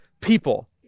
people